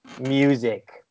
music